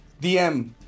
DM